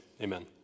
Amen